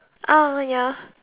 oh ya